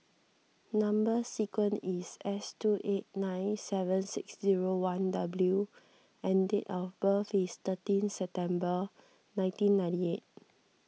Number Sequence is S two eight nine seven six zero one W and date of birth is thirty September nineteen ninety eight